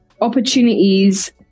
opportunities